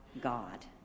God